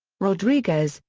rodriguez,